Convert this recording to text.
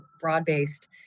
broad-based